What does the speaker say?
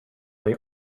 they